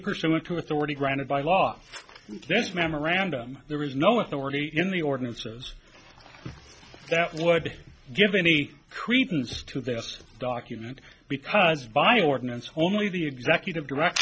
pursuant to authority granted by law in this memorandum there is no authority in the ordinances that would give any credence to this document because by ordinance wholly the executive director